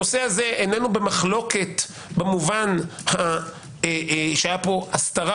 הנושא הזה אינו במחלוקת במובן שהייתה הסתרה